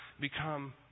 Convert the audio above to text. become